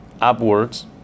upwards